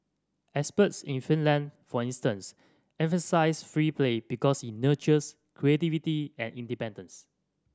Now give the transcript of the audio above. experts in Finland for instance emphasise free play because it nurtures creativity and independence